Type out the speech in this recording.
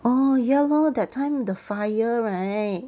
oh ya lor that time the fire right